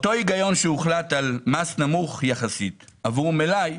אותו הגיון שהוחלט על מס נמוך יחסית עבור מלאי,